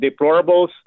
deplorables